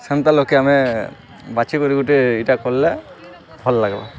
ସେନ୍ତା ଲୋକେ ଆମେ ବାଛି କରି ଗୁଟେ ଇଟା କଲା ଭଲ ଲାଗ୍ବ